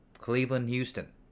Cleveland-Houston